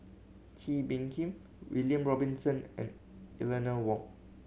Kee Bee Khim William Robinson and Eleanor Wong